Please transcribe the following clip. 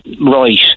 right